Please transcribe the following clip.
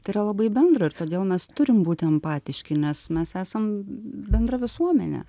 tai yra labai bendra ir todėl mes turim būt empatiški nes mes esam bendra visuomenė